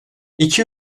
i̇ki